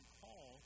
call